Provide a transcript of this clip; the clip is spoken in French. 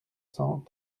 cent